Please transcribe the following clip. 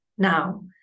Now